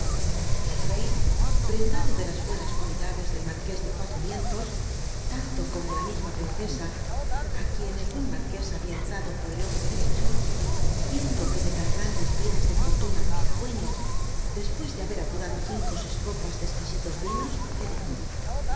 el rey prendado de las hucnas t ualidadc del marc u s de cuatroriento tanto como la misma princesa á r uicn el buen marqués habia entrado por el ojo derecho iendo que de tan grandes bi ne s de fortuna era dul'ii o dc p ncs de haber apurado cinco ó sei copas de e c uisitos yínos le dijo